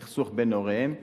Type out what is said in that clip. סכסוך בין הוריהם,